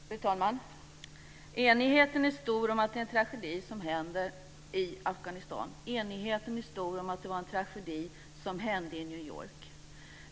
Fru talman! Enigheten är stor om att det är en tragedi som händer i Afghanistan. Enigheten är stor om att det var en tragedi som hände i New York.